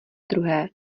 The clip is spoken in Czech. druhé